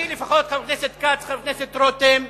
חבר הכנסת כץ, חבר הכנסת רותם,